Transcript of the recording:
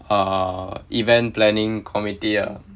err event planning committee ah